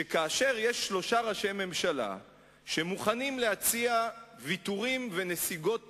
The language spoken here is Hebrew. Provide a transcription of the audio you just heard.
שכאשר יש שלושה ראשי ממשלה שמוכנים להציע ויתורים ונסיגות